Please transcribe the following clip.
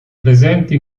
presenti